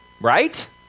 right